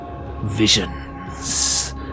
visions